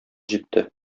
җитте